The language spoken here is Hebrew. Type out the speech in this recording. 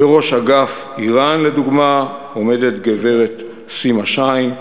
בראש אגף איראן, לדוגמה, עומדת גברת סימה שיין,